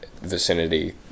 vicinity